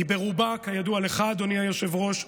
כידוע לך, אדוני היושב-ראש,